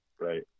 Right